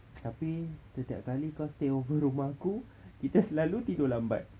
tapi setiap kali kau stay over rumah aku kita selalu tidur lambat